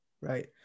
Right